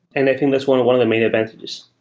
and i think that's one one of the main advantages.